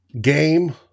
game